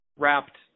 wrapped